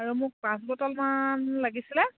আৰু মোক পাঁচ বটলমান লাগিছিলে